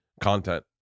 content